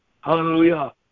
Hallelujah